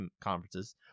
conferences